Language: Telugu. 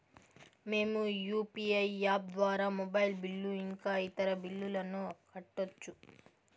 మేము యు.పి.ఐ యాప్ ద్వారా మొబైల్ బిల్లు ఇంకా ఇతర బిల్లులను కట్టొచ్చు